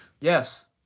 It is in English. Yes